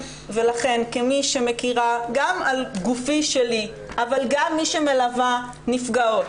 אני מכירה גם על גופי שלי, אבל גם מלווה נפגעות,